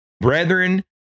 Brethren